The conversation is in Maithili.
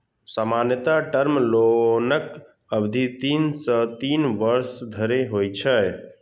सामान्यतः टर्म लोनक अवधि तीन सं तीन वर्ष धरि होइ छै